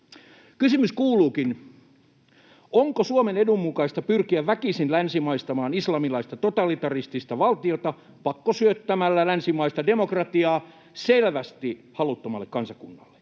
Kysymys kuuluukin: onko Suomen edun mukaista pyrkiä väkisin länsimaistamaan islamilaista totalitaristista valtiota pakkosyöttämällä länsimaista demokratiaa selvästi haluttomalle kansakunnalle?